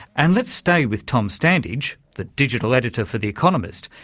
and let's stay with tom standage, the digital editor for the economist,